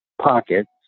pockets